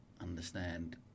understand